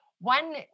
one